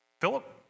Philip